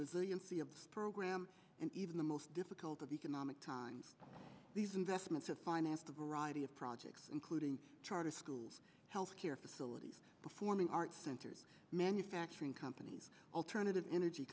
resiliency of program and even the most difficult of economic times these investments have financed a variety of projects including charter schools health care facilities performing arts center manufacturing companies alternative energy